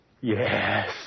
Yes